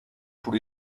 pour